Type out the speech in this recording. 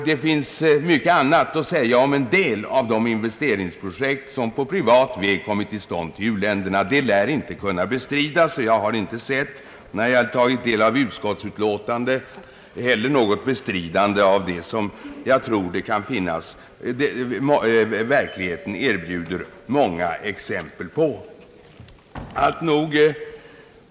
Det finns mycket annat att säga om en del av de investeringsprojekt som på privat väg kommit till stånd i u-länderna. Det lär inte kunna bestridas. När jag tagit del av utskottsutlåtandet har jag inte heller kunnat finna någon som bestrider detta faktum, som verkligheten erbjuder många exempel på.